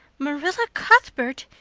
marilla cuthbert,